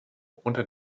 unter